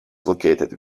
located